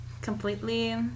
Completely